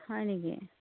হয় নেকি